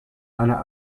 einer